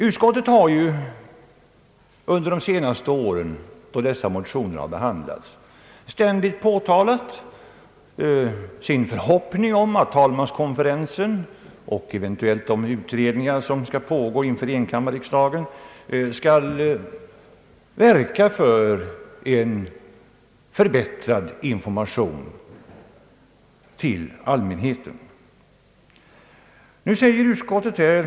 Utskottet har under de senaste åren då dessa motioner har behandlats ständigt uttalat sin förhoppning om att talmanskonferensen och eventuellt de utredningar som skall göras inför enkammarriksdagen skall verka för en förbättrad information till allmänheten. Nu säger utskottet på sid.